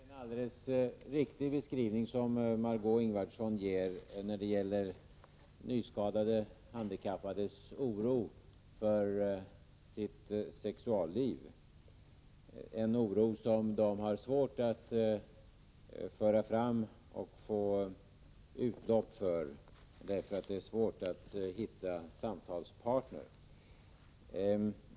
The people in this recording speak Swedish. Herr talman! Det är säkert en alldeles riktig beskrivning som Margö Ingvardsson ger av nyskadade handikappades oro för sitt sexualliv, en oro som de har svårt att föra fram och få utlopp för, därför att det är svårt att hitta samtalspartner.